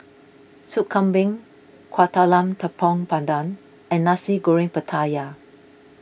Sup Kambing Kuih Talam Tepong Pandan and Nasi Goreng Pattaya